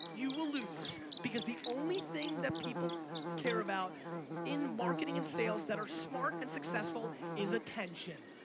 you will lose because the only thing that people care about in marketing and sales that are smart and successful is attention.